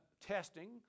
testing